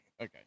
okay